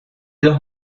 los